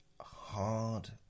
hard